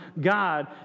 God